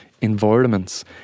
environments